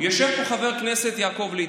יושב פה חבר הכנסת יעקב ליצמן.